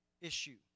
issue